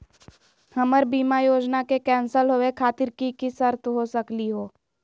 हमर बीमा योजना के कैन्सल होवे खातिर कि कि शर्त हो सकली हो?